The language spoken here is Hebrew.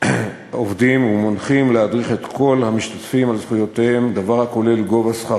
עובדים ומונחים להדריך את כל המשתתפים לגבי זכויותיהם,